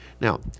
Now